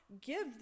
give